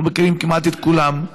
אנחנו מכירים כמעט את כולם.